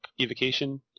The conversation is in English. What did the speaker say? Evocation